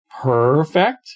perfect